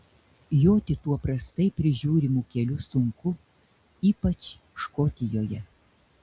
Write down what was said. joti tuo prastai prižiūrimu keliu sunku ypač škotijoje